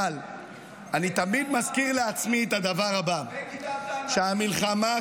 אבל אני תמיד מזכיר לעצמי את הדבר הבא -- וגידלת אנרכיסטים,